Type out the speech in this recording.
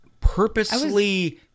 purposely